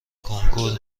کنکور